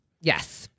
Yes